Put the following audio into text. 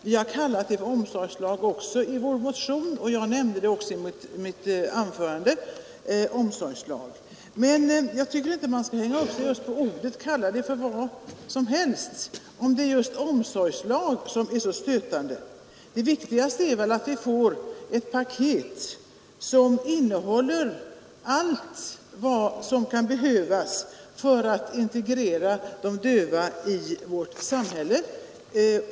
Vi har begagnat ordet omsorgslag i motionen, och jag använde också detta i mitt anförande. Men jag tycker inte att man skall hänga upp sig just på ordet. Man kan kalla det vad som helst, och det är just ordet omsorgslag som är så stötande. Det viktigaste är att vi får ett paket som innehåller allt som kan behövas för att integrera de döva i vårt samhälle.